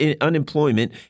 unemployment